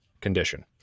condition